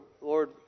Lord